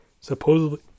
supposedly